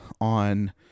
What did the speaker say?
on